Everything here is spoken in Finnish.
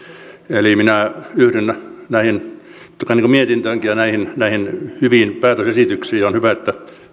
eli minä yhdyn mietintöönkin ja näihin hyviin päätösesityksiin on hyvä että